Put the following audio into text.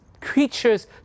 creatures